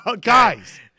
guys